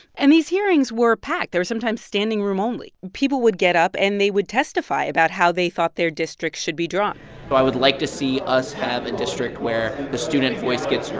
and these hearings were packed. they were sometimes standing room only. people would get up, and they would testify about how they thought their districts should be drawn i would like to see us have a district where the student voice gets heard.